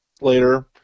later